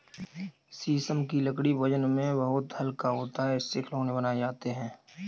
शीशम की लकड़ी वजन में बहुत हल्का होता है इससे खिलौने बनाये जाते है